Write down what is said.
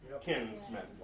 kinsman